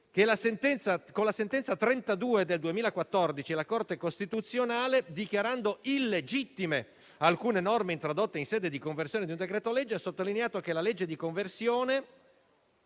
con la sentenza n. 32 del 2014, la Corte costituzionale, dichiarando illegittime alcune norme introdotte in sede di conversione di un decreto-legge, ha sottolineato che la legge di conversione